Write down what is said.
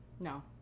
No